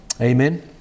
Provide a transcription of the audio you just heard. Amen